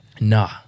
Nah